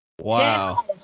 Wow